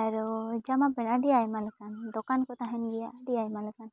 ᱟᱨᱚ ᱡᱟᱢᱟ ᱯᱮᱱᱴ ᱟᱹᱰᱤ ᱟᱭᱢᱟ ᱞᱮᱠᱟᱱ ᱫᱚᱠᱟᱱ ᱠᱚ ᱛᱟᱦᱮᱱ ᱜᱮᱭᱟ ᱟᱹᱰᱤ ᱟᱭᱢᱟ ᱞᱮᱠᱟᱱ